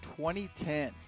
2010